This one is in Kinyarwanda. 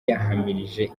yahamirije